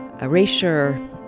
erasure